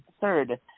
Third